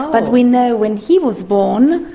but we know when he was born,